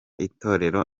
itorero